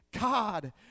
God